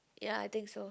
ya I think so